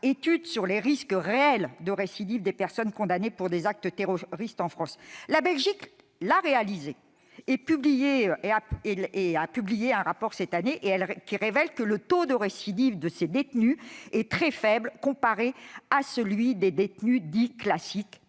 étude sur les risques réels de récidive des personnes condamnées pour actes de terrorisme en France. La Belgique en a effectué une, qui a été publiée cette année : elle révèle que le taux de récidive de ces détenus est très faible comparé à celui des détenus dits « classiques